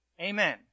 Amen